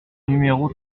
numéro